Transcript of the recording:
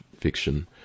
fiction